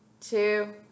Two